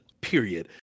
period